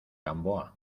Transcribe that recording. gamboa